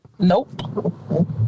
Nope